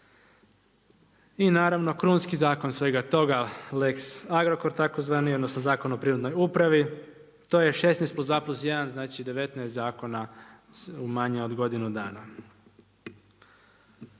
i naravno, krunski zakon svega toga Lex Agrokor, tzv. Zakon o privrednoj upravi, to je 16 plus 2 plus 1, znači 19 zakona u manje od godina dana.